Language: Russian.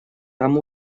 там